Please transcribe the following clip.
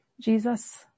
Jesus